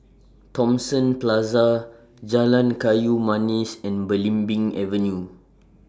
Thomson Plaza Jalan Kayu Manis and Belimbing Avenue